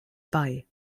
bei